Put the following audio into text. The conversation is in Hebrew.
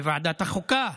בוועדת החוקה.